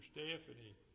Stephanie